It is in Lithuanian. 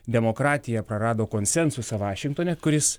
demokratija prarado konsensusą vašingtone kuris